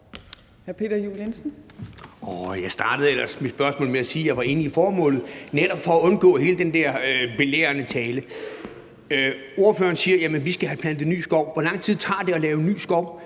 jeg startede ellers mit spørgsmål med at sige, at jeg var enig i formålet, netop for at undgå hele den der belærende tale. Ordføreren siger, at vi skal have plantet ny skov. Hvor lang tid tager det at lave ny skov?